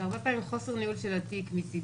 זה הרבה פעמים חוסר ניהול מספיק טוב של התיק מצידו,